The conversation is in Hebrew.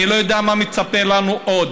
אני לא יודע מה מצפה לנו עוד.